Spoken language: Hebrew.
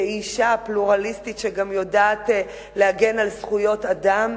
כאשה פלורליסטית שגם יודעת להגן על זכויות אדם,